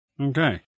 Okay